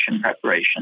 preparation